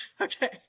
okay